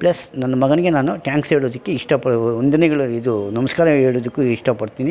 plus ನನ್ನ ಮಗನಿಗೆ ನಾನು ಟ್ಯಾಂಕ್ಸ್ ಹೇಳೋದಕ್ಕೆ ಇಷ್ಟ ಪ ವಂದನೆಗಳು ಇದು ನಮಸ್ಕಾರ ಹೇಳೋದಕ್ಕೂ ಇಷ್ಟಪಡ್ತಿನಿ